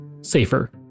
safer